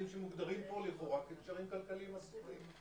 שמוגדרים פה לכאורה כקשרים כלכליים אסורים.